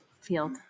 field